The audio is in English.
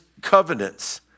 covenants